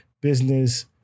business